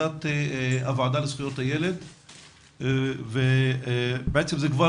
בעבודת הוועדה לזכויות הילד ובעצם זה כבר